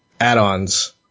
add-ons